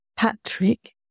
Patrick